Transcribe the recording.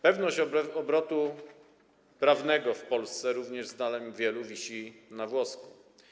Pewność obrotu prawnego w Polsce, również zdaniem wielu wisi na włosku.